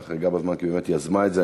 חריגה בזמן כי היא באמת יזמה את זה.